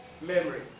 memory